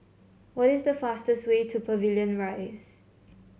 what is the fastest way to Pavilion Rise